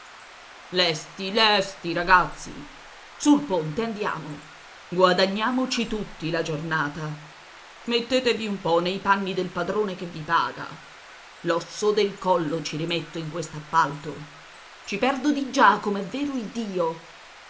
scintillavano lesti lesti ragazzi sul ponte andiamo guadagniamoci tutti la giornata mettetevi un po nei panni del padrone che vi paga l'osso del collo ci rimetto in quest'appalto ci perdo diggià come è vero iddio